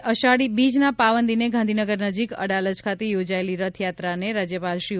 આજે અષાઢી બીજના પાવન દિને ગાંધીનગર નજીક અડાલજ ખાતે યોજાયેલી રથયાત્રાને રાજ્યપાલશ્રી ઓ